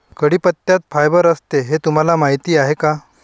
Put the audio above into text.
कढीपत्त्यात फायबर असते हे तुम्हाला माहीत आहे का?